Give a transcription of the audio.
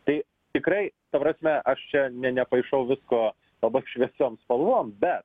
tai tikrai ta prasme aš čia ne nepaišau visko labai šviesiom spalvom bet